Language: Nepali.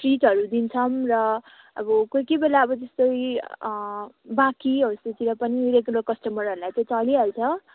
ट्रिटहरू दिन्छौँ र अब कोही कोही बेला अब जस्तै बाँकी हौ यस्तोहरूतिर पनि रेगुलर कस्टमरहरूलाई त चलिहाल्छ